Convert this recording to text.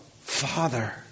Father